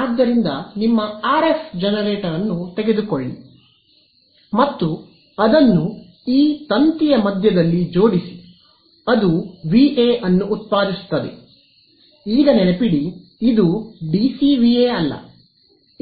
ಆದ್ದರಿಂದ ನಿಮ್ಮ RF generator ಅನ್ನು ತೆಗೆದುಕೊಳ್ಳಿ ಮತ್ತು ಅದನ್ನು ಈ ತಂತಿಯ ಮಧ್ಯದಲ್ಲಿ ಜೋಡಿಸಿ ಅದು VA ಅನ್ನು ಉತ್ಪಾದಿಸುತ್ತದೆ ಈಗ ನೆನಪಿಡಿ ಇದು ಡಿಸಿ ವಿಎ ಅಲ್ಲ